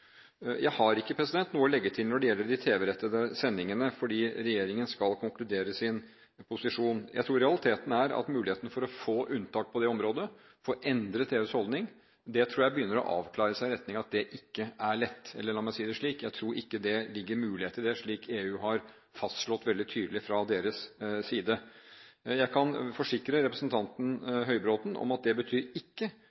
Jeg har ikke noe å legge til når det gjelder de rettede tv-sendingene, fordi regjeringen skal konkludere sin posisjon. Jeg tror realiteten er at muligheten for å få unntak på det området og få endret EUs holdning begynner å avklare seg i retning av at det ikke er lett – eller la meg si det slik: Jeg tror ikke det ligger mulighet i det, slik EU har fastslått veldig tydelig fra deres side. Jeg kan forsikre representanten